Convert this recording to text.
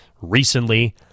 recently